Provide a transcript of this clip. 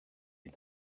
and